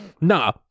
Nah